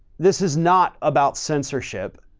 this is not about censorship.